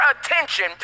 attention